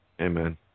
Amen